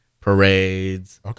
parades